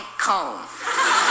comb